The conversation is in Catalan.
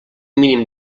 mínim